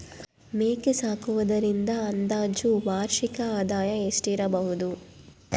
ಮೇಕೆ ಸಾಕುವುದರಿಂದ ಅಂದಾಜು ವಾರ್ಷಿಕ ಆದಾಯ ಎಷ್ಟಿರಬಹುದು?